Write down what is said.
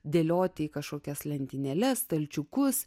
dėlioti į kažkokias lentynėles stalčiukus